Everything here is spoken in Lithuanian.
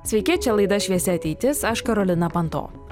sveiki čia laida šviesi ateitis aš karolina panto